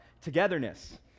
togetherness